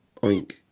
Oink